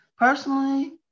Personally